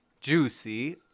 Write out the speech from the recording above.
juicy